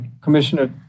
Commissioner